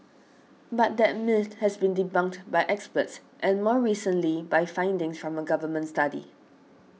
but that myth has been debunked by experts and more recently by findings from a Government study